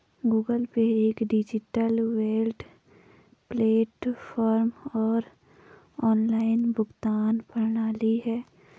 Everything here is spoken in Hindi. गूगल पे एक डिजिटल वॉलेट प्लेटफ़ॉर्म और ऑनलाइन भुगतान प्रणाली है